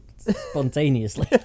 Spontaneously